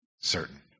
certain